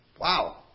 Wow